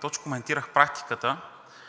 точно коментирах практиката,